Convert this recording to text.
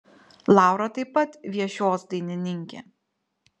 laura taip pat viešios dainininkė